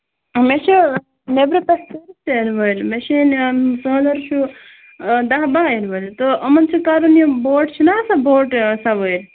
مےٚ چھِ نٮ۪برٕ پٮ۪ٹھٕ ٹیوٗرِسٹ یِنہٕ وٲلۍ مےٚ چھُ یُن فادر چھُ آ دَہ باہ یِنہٕ وٲلۍ تہٕ یِمَن چھُ کرُن ییٚتہِ بوٹ چھِنا آسان یہِ بوٹ سَوٲرۍ